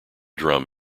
drum